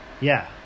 Yeah